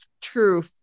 true